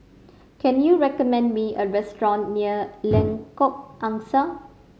can you recommend me a restaurant near Lengkok Angsa